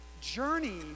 journey